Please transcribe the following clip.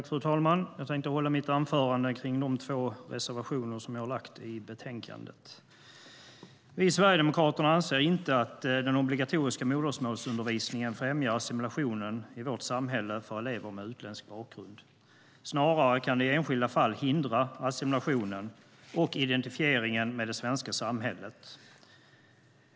Fru talman! Jag tänkte i mitt anförande hålla mig till de två reservationer som vi har i betänkandet. Vi sverigedemokrater anser inte att den obligatoriska modersmålsundervisningen främjar assimilationen i vårt samhälle för elever med utländsk bakgrund. Snarare kan det i enskilda fall hindra assimilationen och identifieringen med det svenska samhället.